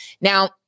Now